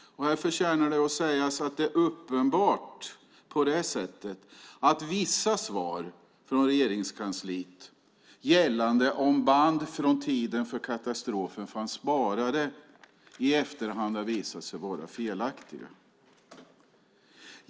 Här förtjänar det att sägas att det uppenbart är på det sättet att vissa svar från Regeringskansliet gällande om band från tiden för katastrofen fanns sparade i efterhand har visat sig vara felaktiga.